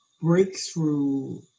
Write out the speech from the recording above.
breakthrough